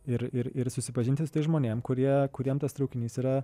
ir ir ir susipažinti su tais žmonėm kurie kuriem tas traukinys yra